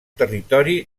territori